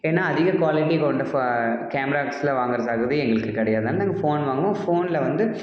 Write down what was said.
ஏன்னால் அதிக க்வாலிட்டி கொண்ட ஃபோ கேமராஸ்லாம் வாங்கற தகுதி எங்களுக்கு கிடையாது அதனால் நாங்கள் ஃபோன் வாங்குவோம் ஃபோனில் வந்து